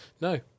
No